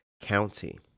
County